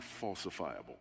falsifiable